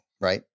Right